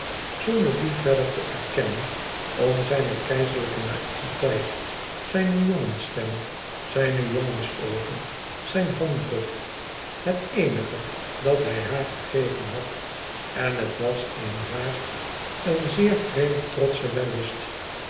zonder dien verder te erkennen om zijne keizerlijke naïviteit zijne jongensstem zijne jongensoogen zijn handdruk het eenige dat hij haar gegeven had en het was in haar een zeer vreemd trotsche wellust